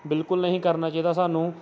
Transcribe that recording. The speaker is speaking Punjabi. ਬਿਲਕੁਲ ਨਹੀਂ ਕਰਨਾ ਚਾਹੀਦਾ ਸਾਨੂੰ